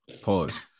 pause